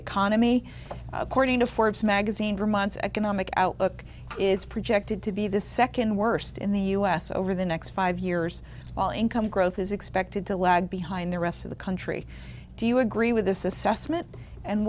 economy according to forbes magazine for months economic outlook is projected to be the second worst in the u s over the next five years while income growth is expected to lag behind the rest of the country do you agree with this assessment and